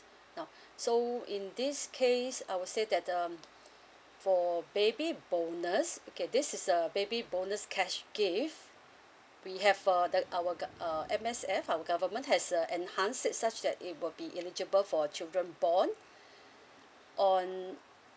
now so in this case I would say that um for baby bonus okay this is a baby bonus cash gift we have uh that our gov~ uh M_S_F our government has uh enhanced it such that it will be eligible for children born on